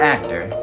Actor